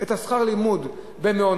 את שכר הלימוד במעונות.